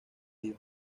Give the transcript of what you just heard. dion